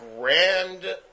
grand